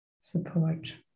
support